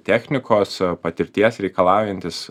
technikos patirties reikalaujantis